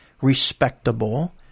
respectable